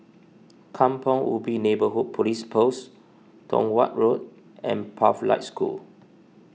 Kampong Ubi Neighbourhood Police Post Tong Watt Road and Pathlight School